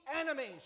enemies